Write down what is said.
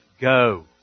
go